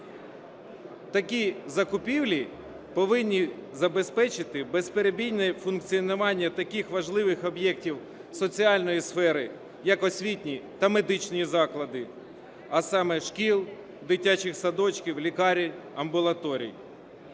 Такі закупівлі повинні забезпечити безперебійне функціонування таких важливих об'єктів соціальної сфери як освітні та медичні заклади, а саме: шкіл, дитячих садочків, лікарень, амбулаторій.